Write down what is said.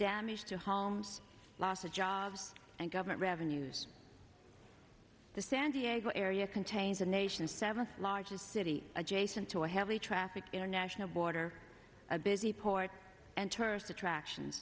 damage to homes loss of jobs and government revenues the san diego area contains a nation seventh largest city adjacent to a heavy traffic international border a busy port enter subtraction